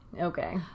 Okay